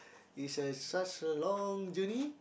is uh such a long journey